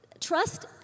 Trust